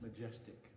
majestic